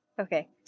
Okay